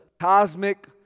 cosmic